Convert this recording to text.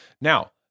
Now